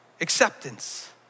acceptance